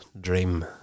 dream